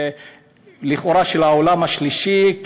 לכאורה של העולם השלישי.